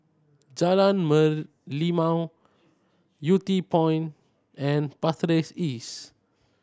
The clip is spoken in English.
Jalan Merlimau Yew Tee Point and Pasir Ris East